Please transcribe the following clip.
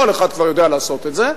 כל אחד כבר יודע לעשות את זה,